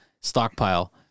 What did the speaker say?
stockpile